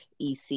EC